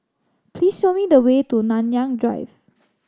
please show me the way to Nanyang Drive